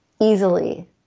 easily